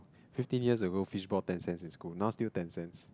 fifteen years ago fish ball ten cents in school now still ten cents